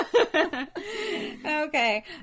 Okay